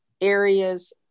areas